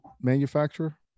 manufacturer